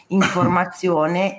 informazione